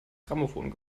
grammophon